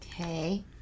Okay